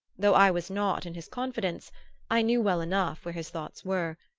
though i was not in his confidence i knew well enough where his thoughts were,